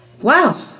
Wow